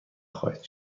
خواهید